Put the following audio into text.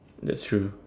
that's true